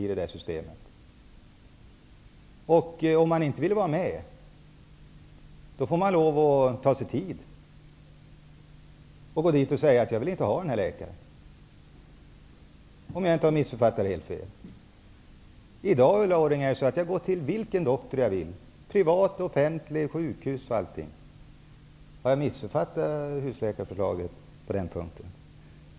Om man inte vill vara med får man, om jag inte har missuppfattat det, lov att ta sig tid att gå till verket och säga att man inte vill ha den anvisade läkaren. I dag, Ulla Orring, kan jag gå till vilken doktor jag vill: privat eller offentlig. Har jag missuppfattat husläkarförslaget på den punkten?